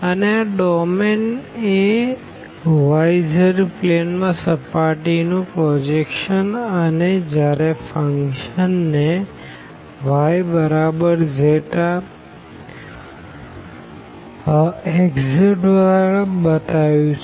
અને આ ડોમેન એ y zપ્લેન માં સર્ફેસ નું પ્રોજેક્શન અને જયારે ફંક્શન ને yψxz દ્વારા બતાયું છે